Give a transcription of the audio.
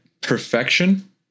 perfection